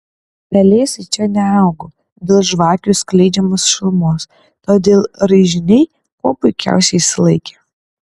pelėsiai čia neaugo dėl žvakių skleidžiamos šilumos todėl raižiniai kuo puikiausiai išsilaikė